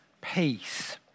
peace